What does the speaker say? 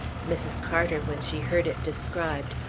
mrs. carter, when she heard it described,